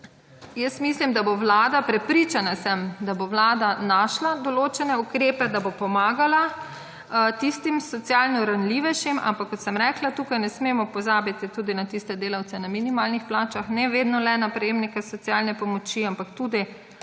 jaz mislim, da bo vlada, prepričana sem, da bo vlada našla določene ukrepe, da bo pomagala tistim socialno ranljivejšim. Ampak, kot sem rekla, tukaj ne smemo pozabiti tudi na tiste delavce na minimalnih plačah, ne vedno le na prejemnike socialne pomoči. Tudi